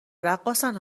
رقاصن